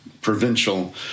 provincial